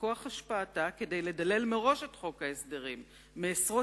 בכוח השפעתה כדי לדלל מראש את חוק ההסדרים מעשרות